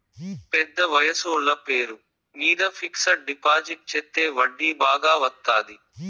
పెద్ద వయసోళ్ల పేరు మీద ఫిక్సడ్ డిపాజిట్ చెత్తే వడ్డీ బాగా వత్తాది